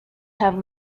have